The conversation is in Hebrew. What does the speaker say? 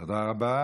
תודה רבה.